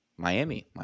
Miami